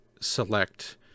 select